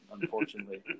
unfortunately